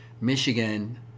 Michigan